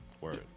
Word